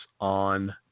on